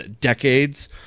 decades